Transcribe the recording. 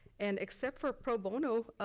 and except for pro bono,